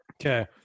Okay